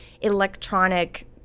electronic